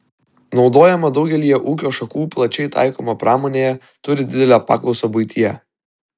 naudojama daugelyje ūkio šakų plačiai taikoma pramonėje turi didelę paklausą buityje